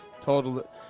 total